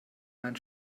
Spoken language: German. mein